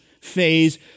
phase